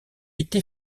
été